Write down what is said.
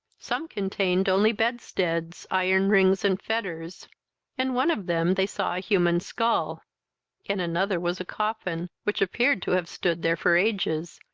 some contained only bedsteads, iron rings, and fetters in one of them they saw a human skull in another was a coffin, which appeared to have stood there for ages,